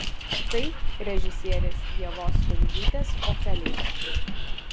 tai režisierės ievos stundžytės ofelijos